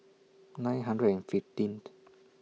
nine hundred and fifteenth